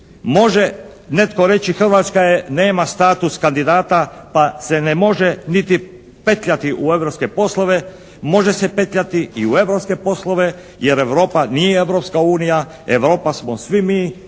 može netko reći Hrvatska nema status kandidata pa se ne može niti petljati u europske poslove. Može se petljati i u europske poslove jer Europa nije Europska unija, Europa smo svi mi